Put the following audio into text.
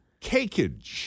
cakeage